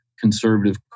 conservative